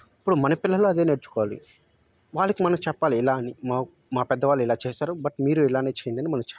ఇప్పుడు మన పిల్లలు అదే నేర్చుకోవాలి వాళ్ళకి మనం చెప్పాలి ఇలా అని మా మా పెద్దవాళ్ళు ఇలా చేస్తారు బట్ మీరూ ఇలానే చేయండని మనం చెప్పాలి